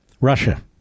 Russia